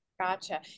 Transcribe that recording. Gotcha